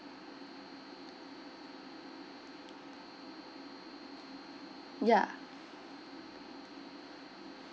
ya